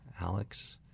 Alex